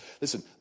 Listen